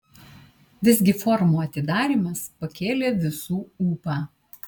visgi forumo atidarymas pakėlė visų ūpą